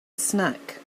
snack